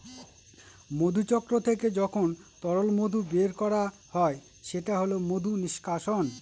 মধুচক্র থেকে যখন তরল মধু বের করা হয় সেটা হল মধু নিষ্কাশন